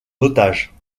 otage